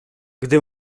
gdy